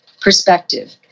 perspective